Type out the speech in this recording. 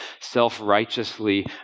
self-righteously